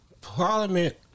Parliament